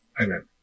Amen